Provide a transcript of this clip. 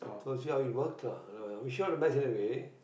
so see how it works lah I wish you all the best anyway